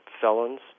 felons